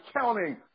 counting